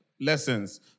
lessons